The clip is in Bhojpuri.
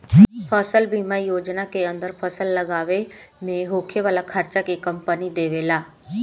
फसल बीमा योजना के अंदर फसल लागावे में होखे वाला खार्चा के कंपनी देबेला